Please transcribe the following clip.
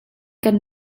kan